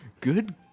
Good